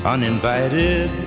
Uninvited